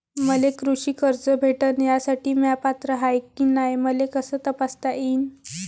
मले कृषी कर्ज भेटन यासाठी म्या पात्र हाय की नाय मले कस तपासता येईन?